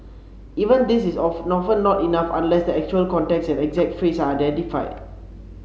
even this is of often not enough unless the actual context and exact phrase are identified